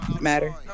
matter